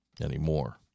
anymore